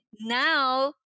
now